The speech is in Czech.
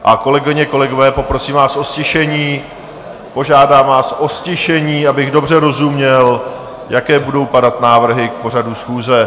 A kolegyně, kolegové, poprosím vás o ztišení, požádám vás o ztišení, abych dobře rozuměl, jaké budou padat návrhy k pořadu schůze.